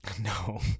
No